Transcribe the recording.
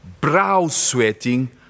brow-sweating